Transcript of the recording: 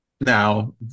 Now